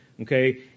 okay